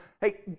hey